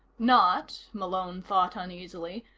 not, malone thought uneasily,